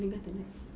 kindergarten kan